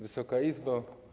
Wysoka Izbo!